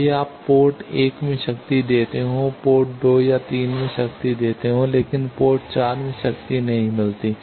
भले ही आप पोर्ट 1 में शक्ति देते हों पोर्ट 2 और 3 में शक्ति देते हों लेकिन पोर्ट 4 में शक्ति नहीं मिलती